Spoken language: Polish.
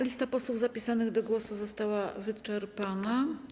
Lista posłów zapisanych do głosu została wyczerpana.